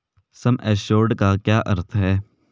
सम assured का क्या अर्थ है?